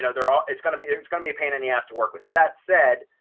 know, there ah it's going to be it's going to be a pain in the ass to work with that said,